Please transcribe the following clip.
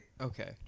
Okay